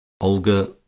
Olga